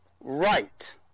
right